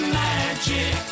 magic